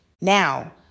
Now